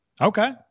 Okay